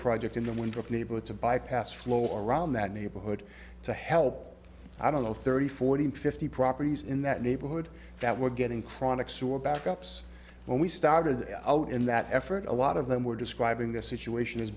book neighborhood to bypass flow around that neighborhood to help i don't know thirty forty fifty properties in that neighborhood that were getting chronic sore back ups when we started out in that effort a lot of them were describing the situation